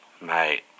mate